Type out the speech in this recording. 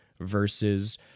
versus